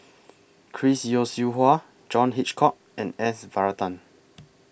Chris Yeo Siew Hua John Hitchcock and S Varathan